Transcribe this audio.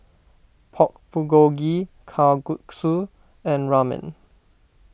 Pork Bulgogi Kalguksu and Ramen